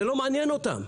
זה לא מעניין אותם.